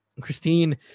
Christine